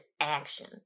action